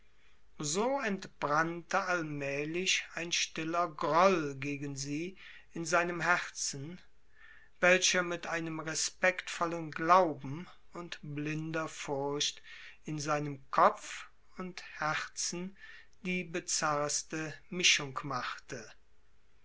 so entbrannte allmählich ein stiller groll gegen sie in seinem herzen welcher mit einem respektvollen glauben und blinder furcht in seinem kopf und herzen die bizarreste mischung machte